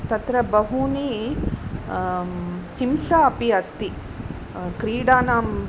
तत्र बहूनि हिंसा अपि अस्ति क्रीडानाम्